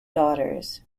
daughters